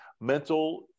mental